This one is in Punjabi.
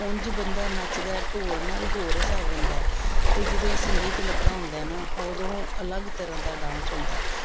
ਉਂਝ ਬੰਦਾ ਨੱਚਦਾ ਢੋਲ ਨਾਲ ਹੋਰ ਹਿਸਾਬ ਹੁੰਦਾ ਅਤੇ ਜਦੋਂ ਇਹ ਸੰਗੀਤ ਲੱਗਾ ਹੁੰਦਾ ਨਾ ਉਦੋਂ ਅਲੱਗ ਤਰ੍ਹਾਂ ਦਾ ਡਾਂਸ ਹੁੰਦਾ